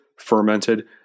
fermented